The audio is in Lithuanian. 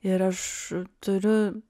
ir aš turiu